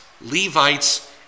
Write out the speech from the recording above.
Levites